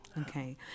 Okay